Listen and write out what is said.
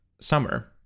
Summer